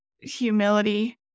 humility